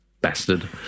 bastard